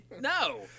no